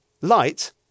Light